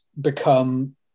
become